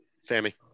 Sammy